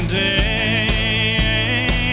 day